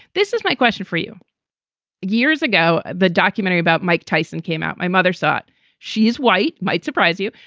this is my question for you years ago, the documentary about mike tyson came out. my mother saw it. she is white. might surprise you.